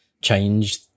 change